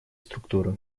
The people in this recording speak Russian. структуры